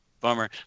bummer